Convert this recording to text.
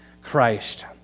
Christ